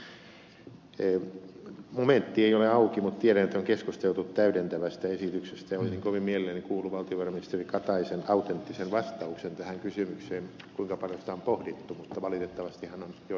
momentti ei ole auki mutta tiedän että on keskusteltu täydentävästä esityksestä ja olisin kovin mielelläni kuullut valtiovarainministeri kataisen autenttisen vastauksen tähän kysymykseen kuinka paljon sitä on pohdittu mutta valitettavasti hän on jo ehtinyt poistua